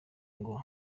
ngo